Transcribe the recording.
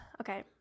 Okay